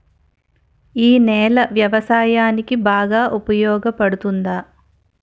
ఈ నేల వ్యవసాయానికి బాగా ఉపయోగపడుతుందా?